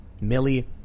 Millie